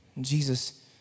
Jesus